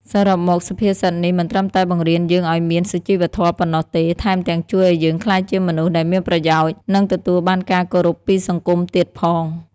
សរុបមក សុភាសិតនេះមិនត្រឹមតែបង្រៀនយើងឲ្យមានសុជីវធម៌ប៉ុណ្ណោះទេ ថែមទាំងជួយឲ្យយើងក្លាយជាមនុស្សដែលមានប្រយោជន៍ និងទទួលបានការគោរពពីសង្គមទៀតផង។